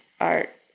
art